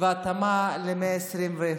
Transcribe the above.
והתאמה למאה ה-21.